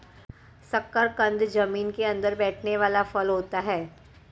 शकरकंद जमीन के अंदर बैठने वाला फल होता है